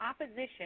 opposition